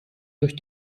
durch